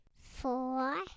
four